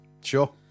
Sure